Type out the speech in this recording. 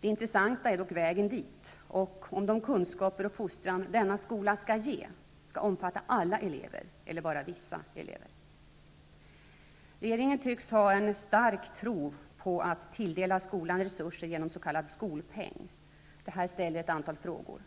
Det intressanta är dock vägen dit och om de kunskaper och den fostran som denna skola skall ge skall omfatta alla elever eller bara vissa. Regeringen tycks ha en stark tro på att tilldela skolan resurser genom s.k. skolpeng. Det föranleder ett antal frågor.